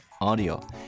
audio